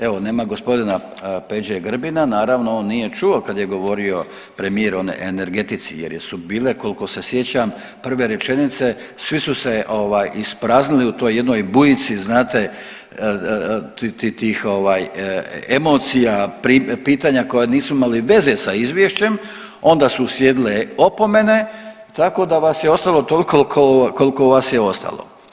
Evo nema g. Peđe Grbina naravno on nije čuo kada je govorio premijer o energetici jer su bile koliko se sjećam prve rečenice svi su se ispraznili u toj jednoj bujici znate tih emocija, pitanja koja nisu imala veze sa izvješćem, onda su uslijedile opomene tako da vas je ostalo toliko koliko vas je ostalo.